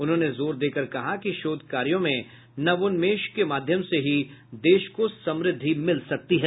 उन्होंने जोर देकर कहा कि शोध कार्यों में नवोन्मेष के माध्यम से ही देश को समृद्धि मिल सकती है